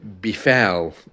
befell